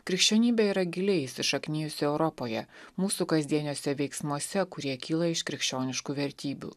krikščionybė yra giliai įsišaknijusi europoje mūsų kasdieniuose veiksmuose kurie kyla iš krikščioniškų vertybių